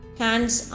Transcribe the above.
hands